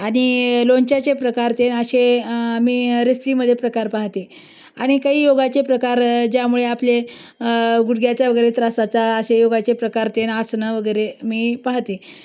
आणि लोणच्याचे प्रकार ते असे मी रेस्पीमध्ये प्रकार पाहते आणि काही योगाचे प्रकार ज्यामुळे आपले गुडघ्याचे वगैरे त्रासाचा असे योगाचे प्रकार तेन आसनं वगैरे मी पाहते